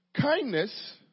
kindness